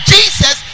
Jesus